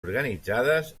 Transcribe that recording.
organitzades